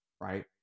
right